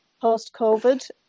post-COVID